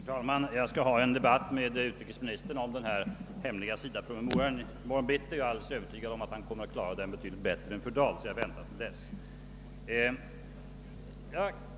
Herr talman! Jag skall ha en debatt med utrikesministern om den hemliga SIDA-promemorian i morgon bittida, och jag är helt övertygad om att han kommer att klara debatten bättre än fru Dahl gör. Jag väntar därför med kommentarerna till dess.